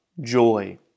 joy